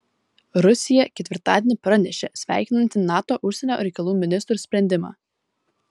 rusija ketvirtadienį pranešė sveikinanti nato užsienio reikalų ministrų sprendimą